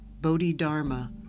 Bodhidharma